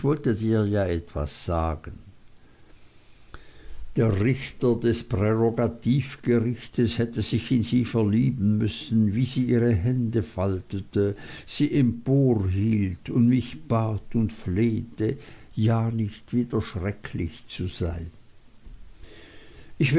etwas sagen der richter des prärogativgerichts hätte sich in sie verlieben müssen wie sie ihre hände faltete sie emporhielt und mich bat und flehte ja nicht wieder schrecklich zu sein